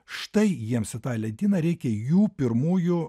štai jiems į tą lentyną reikia jų pirmųjų